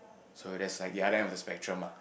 so that's like the other end of the spectrum lah